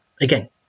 again